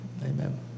Amen